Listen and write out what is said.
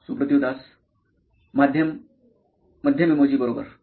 Suprativ Das CTO नॉइन electronics मध्यम emoji बरोबर